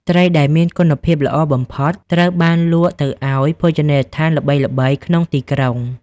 ត្រីដែលមានគុណភាព ល្អបំផុតត្រូវបានលក់ទៅឱ្យភោជនីយដ្ឋានល្បីៗក្នុងទីក្រុង។